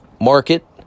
market